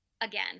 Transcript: again